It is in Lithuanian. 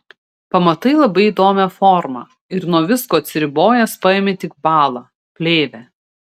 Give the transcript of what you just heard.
pamatai labai įdomią formą ir nuo visko atsiribojęs paimi tik balą plėvę